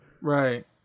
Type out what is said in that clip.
right